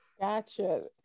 Gotcha